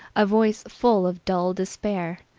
a voice full of dull despair.